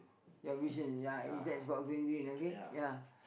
your vision ya it's that's about going green okay ya